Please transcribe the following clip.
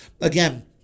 again